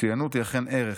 מצוינות היא אכן ערך,